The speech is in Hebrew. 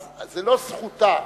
זאת לא זכותה,